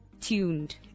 tuned